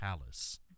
palace